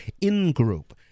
in-group